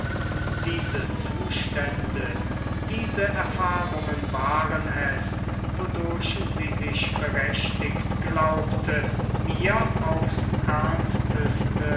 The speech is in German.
diese zustände diese erfahrungen waren es wodurch sie sich berechtigt glaubte mir aufs ernsteste